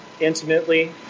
Intimately